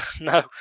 No